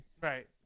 Right